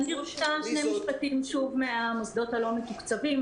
שני משפטים מהמוסדות הלא מתוקצבים.